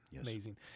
Amazing